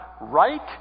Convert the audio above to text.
right